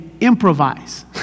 improvise